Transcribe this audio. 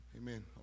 amen